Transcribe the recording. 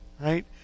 right